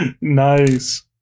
Nice